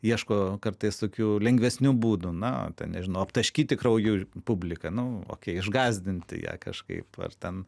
ieško kartais tokių lengvesnių būdų na nežinau aptaškyti krauju publiką nu išgąsdinti ją kažkaip ar ten